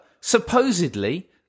supposedly